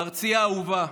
ארצי האהובה,